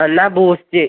എന്നാൽ ബൂസ്റ്റ്